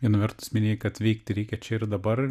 viena vertus minėjai kad veikti reikia čia ir dabar